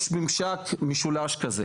יש ממשק משולש כזה.